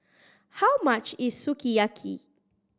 how much is Sukiyaki